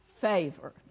favor